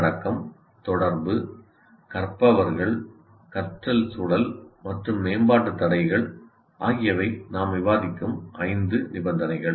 உள்ளடக்கம் தொடர்பு கற்பவர்கள் கற்றல் சூழல் மற்றும் மேம்பாட்டு தடைகள் ஆகியவை நாம் விவாதிக்கும் ஐந்து நிபந்தனைகள்